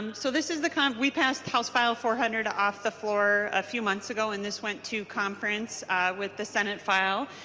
so this is the kind of we passed house file four hundred off the floor a few months ago and this want to conference with the senate file.